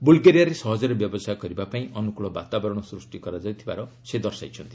ବୁଲ୍ଗେରିଆରେ ସହଜରେ ବ୍ୟବସାୟ କରିବାପାଇଁ ଅନୁକୂଳ ବାତାବରଣ ସୃଷ୍ଟି କରାଯାଇଥିବାର ସେ ଦର୍ଶାଇଛନ୍ତି